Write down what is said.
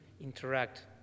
interact